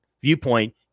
viewpoint